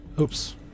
Oops